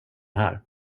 här